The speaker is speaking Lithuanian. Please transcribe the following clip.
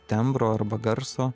tembro arba garso